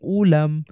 ulam